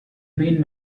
been